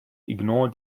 ignore